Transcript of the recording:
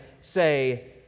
say